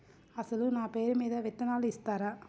అసలు నా పేరు మీద విత్తనాలు ఇస్తారా?